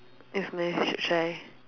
it's nice you should try